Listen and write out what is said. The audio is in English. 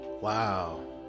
Wow